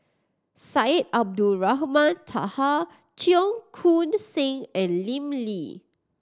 Syed Abdulrahman Taha Cheong Koon Seng and Lim Lee